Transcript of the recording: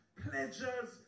pleasures